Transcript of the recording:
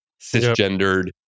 cisgendered